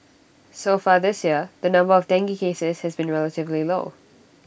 so far this year the number of dengue cases has been relatively low